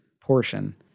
portion